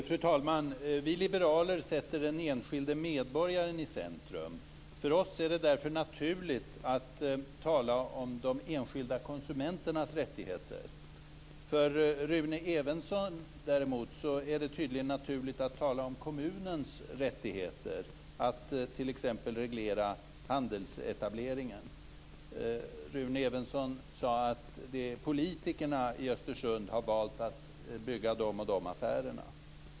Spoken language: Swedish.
Fru talman! Vi liberaler sätter den enskilde medborgaren i centrum. För oss är det därför naturligt att tala om de enskilda konsumenternas rättigheter. För Rune Evensson däremot, är det tydligen naturligt att tala om kommunens rättigheter att t.ex. reglera handelsetableringen. Rune Evensson sade att det är politikerna i Östersund som har valt att bygga de här affärerna.